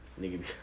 Nigga